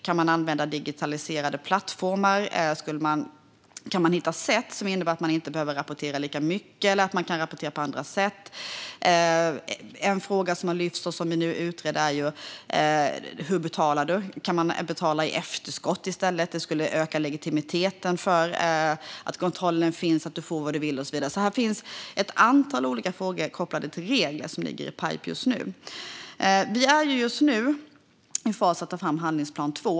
Kan man använda digitaliserade plattformar? Kan man hitta sätt som innebär att man inte behöver rapportera lika mycket, eller kan man rapportera på andra sätt? En fråga som har lyfts och som vi nu utreder är hur man betalar. Kan man betala i efterskott i stället? Det skulle öka legitimiteten för att kontrollen finns, att du får vad du vill och så vidare. Här finns alltså ett antal olika frågor kopplade till regler som ligger i pipe just nu. Vi är just nu i fasen att ta fram handlingsplan två.